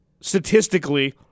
statistically